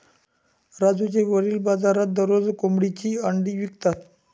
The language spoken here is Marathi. राजूचे वडील बाजारात दररोज कोंबडीची अंडी विकतात